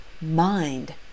Mind